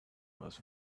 was